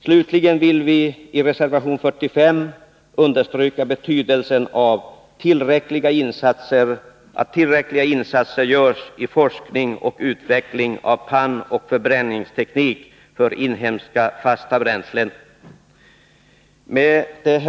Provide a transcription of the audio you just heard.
Slutligen vill vi i reservation 45 understryka betydelsen av att tillräckliga insatser görs i forskning och utveckling av pannoch förbränningsteknik för inhemska fasta bränslen. Fru talman!